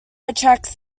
attracts